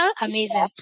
Amazing